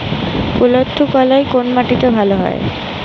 কুলত্থ কলাই কোন মাটিতে ভালো হয়?